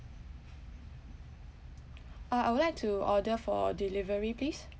uh I would like to order for a delivery please